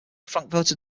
frankfurter